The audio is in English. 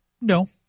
No